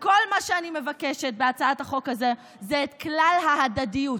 כל מה שאני מבקשת בהצעת החוק הזאת זה את כלל ההדדיות: